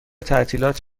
تعطیلات